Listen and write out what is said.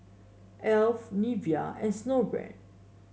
Alf Nivea and Snowbrand